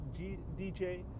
dj